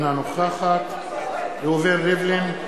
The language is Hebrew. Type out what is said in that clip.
אינה נוכחת ראובן ריבלין,